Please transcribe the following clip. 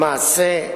למעשה,